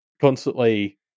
constantly